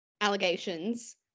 allegations